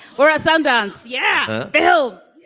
we're at sundance. yeah. bill.